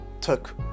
took